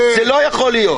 זה לא יכול להיות.